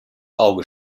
auge